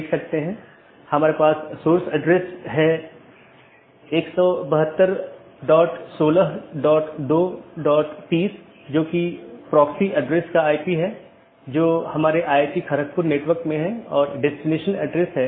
इस प्रकार हमारे पास आंतरिक पड़ोसी या IBGP है जो ऑटॉनमस सिस्टमों के भीतर BGP सपीकरों की एक जोड़ी है और दूसरा हमारे पास बाहरी पड़ोसीयों या EBGP कि एक जोड़ी है